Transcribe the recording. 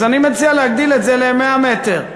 אז אני מציע להגדיל את זה ל-100 מ"ר.